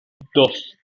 dos